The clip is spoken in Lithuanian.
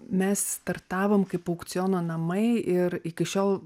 mes startavom kaip aukciono namai ir iki šiol